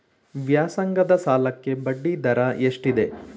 ವ್ಯಾಸಂಗದ ಸಾಲಕ್ಕೆ ಬಡ್ಡಿ ದರ ಎಷ್ಟಿದೆ?